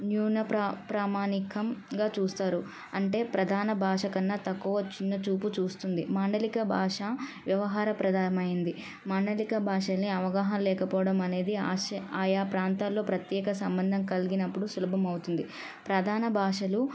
న్యూన ప్రా ప్రామాణికం గా చూస్తారు అంటే ప్రధాన భాష కన్నా తక్కువ చిన్నచూపు చూస్తుంది మాండలిక భాష వ్యవహార ప్రధానమైంది మాండలిక భాషని అవగాహన లేకపోవడం అనేది ఆశ ఆయా ప్రాంతాల్లో ప్రత్యేక సంబంధం కలిగినపుడు సులభం అవుతుంది ప్రధాన భాషలు